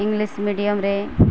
English ମିଡ଼ିୟମ୍ରେ